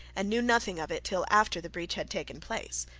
and knew nothing of it till after the breach had taken place,